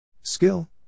Skill